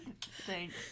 Thanks